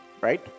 right